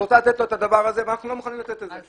את רוצה לתת לו את הדבר הזה ואנחנו לא מוכנים לתת את זה.